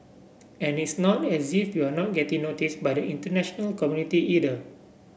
and it's not as if we're not getting noticed by the international community either